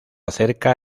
cerca